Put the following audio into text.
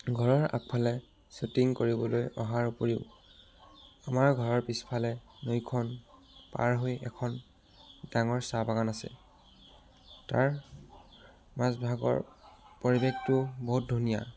ঘৰৰ আগফালে শ্বুটিং কৰিবলৈ অহাৰ উপৰিও আমাৰ ঘৰৰ পিছফালে নৈখন পাৰ হৈ এখন ডাঙৰ চাহবাগান আছে তাৰ মাজভাগৰ পৰিৱেশটো বহুত ধুনীয়া